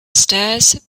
stairs